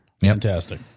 Fantastic